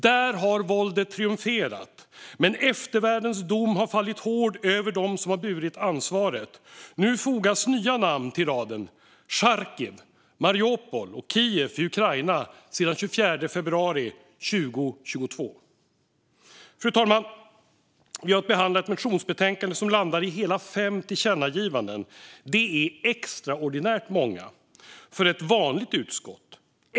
Där har våldet triumferat, men eftervärldens dom har fallit hård över dem som burit ansvaret. Nu fogas nya namn till raden: Charkiv, Mariupol och Kiev i Ukraina sedan den 24 februari 2022. Fru talman! Vi har att behandla ett motionsbetänkande som landar i hela fem tillkännagivanden. Det är extraordinärt många för ett vanligt utskott.